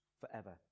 forever